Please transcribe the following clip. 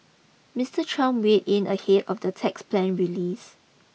Mister Trump weigh in ahead of the tax plan release